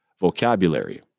vocabulary